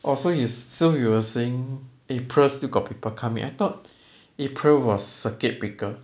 also is so you were saying april still got people come in I thought april was circuit breaker